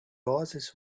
oasis